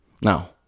now